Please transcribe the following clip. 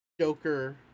Joker